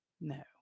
no